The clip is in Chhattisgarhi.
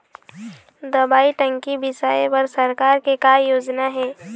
दवई टंकी बिसाए बर सरकार के का योजना हे?